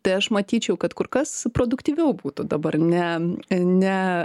tai aš matyčiau kad kur kas produktyviau būtų dabar ne ne